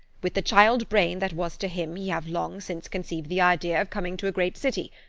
with the child-brain that was to him he have long since conceive the idea of coming to a great city.